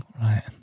Right